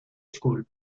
school